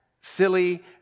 silly